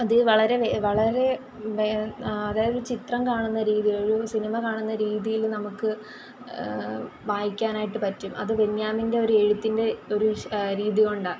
അതിൽ വളരെ വളരെ വേ അതായത് ചിത്രം കാണുന്ന രീതിയിൽ ഒരു സിനിമ കാണുന്ന രീതിയിൽ നമുക്ക് വായിക്കാനായിട്ട് പറ്റും അത് ബെന്യമിൻറെ ഒരു എഴുത്തിൻ്റെ ഒരു രീതി കൊണ്ടാണ്